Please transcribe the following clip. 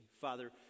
Father